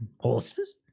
horses